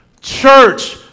Church